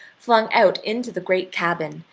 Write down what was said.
flung out into the great cabin,